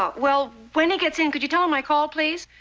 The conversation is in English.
well, when he gets in could you tell him i called, please?